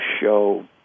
show